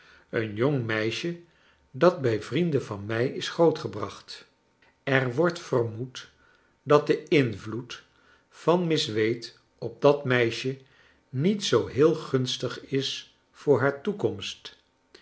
een jong meisje dat bij vrienden van mij is grootgebracht er wordt vermoed dat de invloed van miss wade op dat meisje niet zoo heel gunstig is voor haar toekomst